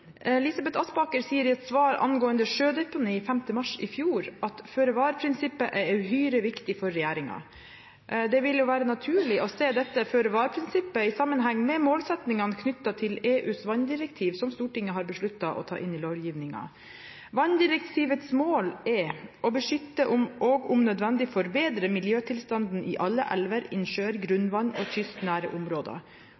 Elisabeth Aspaker sier i et svar angående sjødeponi 5. mars i fjor at «føre-var-prinsippet er uhyre viktig» for regjeringen. Det vil være naturlig å se dette føre-var-prinsippet i sammenheng med målsettingene knyttet til EUs vanndirektiv, som Stortinget har besluttet å ta inn i lovgivningen. Vanndirektivets mål er å beskytte og om nødvendig forbedre miljøtilstanden i alle elver, innsjøer, grunnvann og kystnære områder.